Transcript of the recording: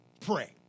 pray